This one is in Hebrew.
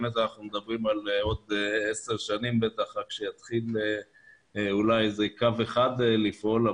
אנחנו באמת מדברים על עוד עשר שנים עד שיתחיל אולי קו אחד לפעול.